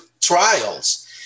trials